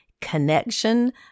Connection